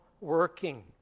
working